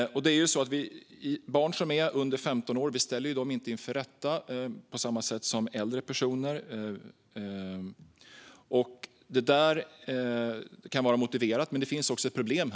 Barn som är under 15 år ställs inte inför rätta på samma sätt som äldre personer. Det kan vara motiverat, men det finns också ett problem.